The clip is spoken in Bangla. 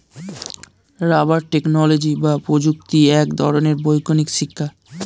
রাবার টেকনোলজি বা প্রযুক্তি এক ধরনের বৈজ্ঞানিক শিক্ষা